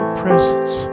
presence